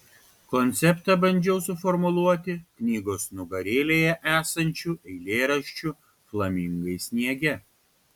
konceptą bandžiau suformuluoti knygos nugarėlėje esančiu eilėraščiu flamingai sniege